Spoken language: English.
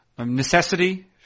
Necessity